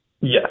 Yes